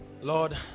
Lord